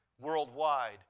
worldwide